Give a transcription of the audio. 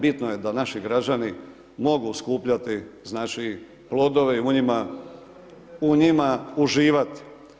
Bitno je da naši građani mogu skupljati naše plodove i u njima uživati.